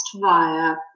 via